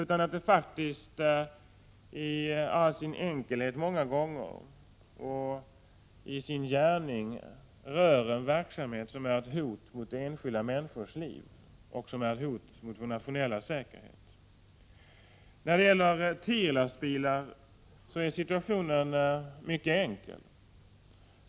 I all sin enkelhet berör de faktiskt många gånger i sin gärning en verksamhet som är ett hot mot enskilda människors liv och ett hot mot vår nationella säkerhet. När det gäller TIR-lastbilar är situationen mycket enkel.